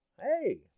Hey